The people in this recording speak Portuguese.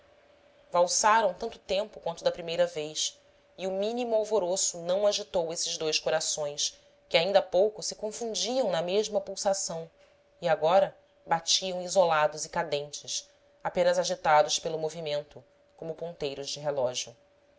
valsaram tanto tempo quanto da primeira vez e o mínimo alvoroço não agitou esses dois corações que ainda há pouco se confundiam na mesma pulsação e agora batiam isolados e cadentes apenas agitados pelo movimento como ponteiros de relógio